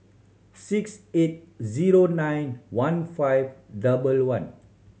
six eight zero nine one five double one